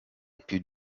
più